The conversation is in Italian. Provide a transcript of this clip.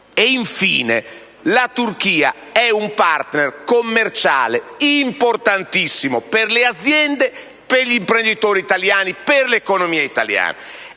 Infine, la Turchia è un *partner* commerciale importantissimo per le aziende, per gli imprenditori italiani, per l'economia italiana.